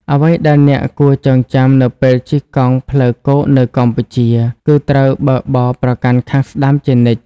អ្វីដែលអ្នកគួរចងចាំនៅពេលជិះកង់ផ្លូវគោកនៅកម្ពុជា គឺត្រូវបើកបរប្រកាន់ខាងស្តាំជានិច្ច។